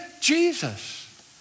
Jesus